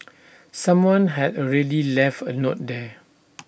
someone had already left A note there